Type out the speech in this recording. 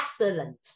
excellent